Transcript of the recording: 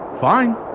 Fine